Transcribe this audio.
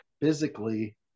Physically